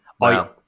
Wow